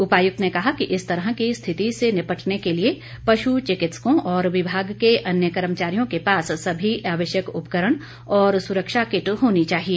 उपायुक्त ने कहा कि इस तरह की स्थिति से निपटने के लिए पशु चिकित्सकों और विभाग के अन्य कर्मचारियों के पास सभी आवश्यक उपकरण और सुरक्षा किट होनी चाहिए